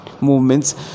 movements